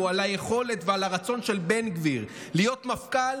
על היכולת ועל הרצון של בן גביר להיות מפכ"ל